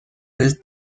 del